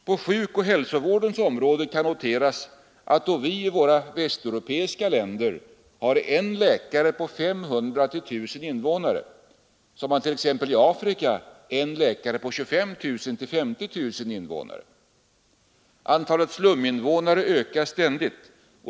På sjukoch hälsovårdens område kan noteras att vi i de västeuropeiska länderna har en läkare på 500—1 000 invånare medan man it.ex. Afrika har en läkare på 25 000—50 000 invånare. Antalet sluminvånare ökar ständigt.